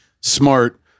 smart